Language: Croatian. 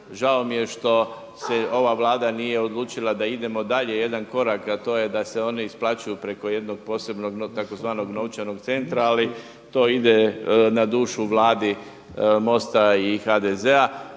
Žao mi je što se ova Vlada nije odlučila da idemo dalje jedan korak, a to je da se oni isplaćuju preko jednog posebnog tzv. novčanog centra, ali to ide na dušu Vladi MOST-a i HDZ-a.